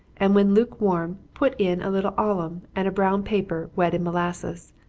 and when lukewarm, put in a little alum, and a brown paper, wet in molasses.